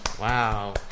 Wow